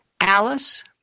Alice